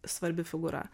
svarbi figūra